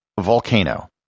volcano